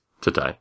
today